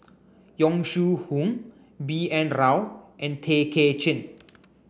Yong Shu Hoong B N Rao and Tay Kay Chin